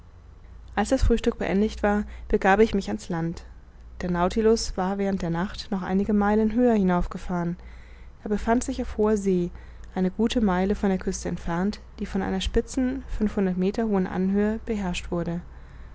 als das frühstück beendigt war begab ich mich an's land der nautilus war während der nacht noch einige meilen höher hinauf gefahren er befand sich auf hoher see eine gute meile von der küste entfernt die von einer spitzen fünfhundert meter hohen anhöhe beherrscht wurde